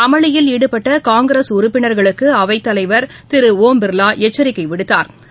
அமளியில் ஈடுபட்ட காங்கிரஸ் உறுப்பினர்களுக்கு அவைத்தலைவர் திரு ஓம் பிர்லா எச்சிக்கை விடுத்தாா்